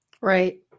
Right